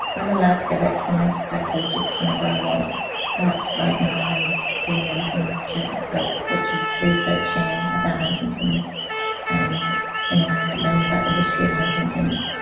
i'm allowed to go back to my psychologist whenever i want but right now i'm doing other things to cope, which is researching about huntington's and and learning about the history of huntington's,